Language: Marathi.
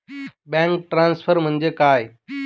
बँक ट्रान्सफर म्हणजे काय?